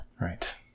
right